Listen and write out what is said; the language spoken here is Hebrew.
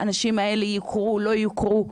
האנשים האלה יוכרו או לא יוכרו,